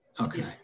Okay